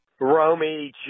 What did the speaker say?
Romy